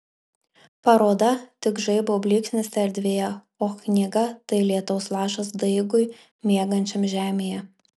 paroda tik žaibo blyksnis erdvėje o knyga tai lietaus lašas daigui miegančiam žemėje